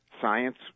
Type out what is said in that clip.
science